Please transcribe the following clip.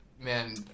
Man